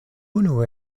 unu